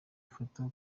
ifoto